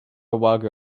wagga